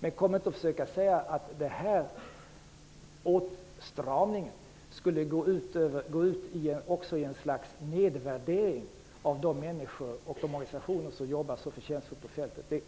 Men kom inte och försök hävda att den här åtstramningen skulle innebära någon nedvärdering av de människor och de organisationer som jobbar så förtjänstfullt på fältet!